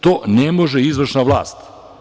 To ne može izvršna vlast.